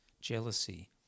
jealousy